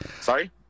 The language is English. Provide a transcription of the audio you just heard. Sorry